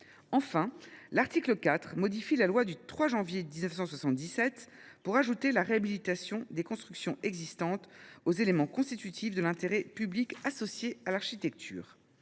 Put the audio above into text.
Enfin, l’article 4 modifie la loi du 3 janvier 1977 en ajoutant la réhabilitation des constructions existantes au champ de l’intérêt public associé à l’architecture.